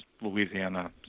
Louisiana